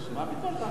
ביקורת המדינה.